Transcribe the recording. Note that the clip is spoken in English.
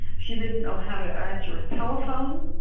she didn't know how to answer a telephone,